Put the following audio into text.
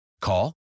Call